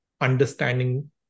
understanding